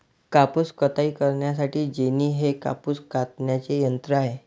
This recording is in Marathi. कापूस कताई करण्यासाठी जेनी हे कापूस कातण्याचे यंत्र आहे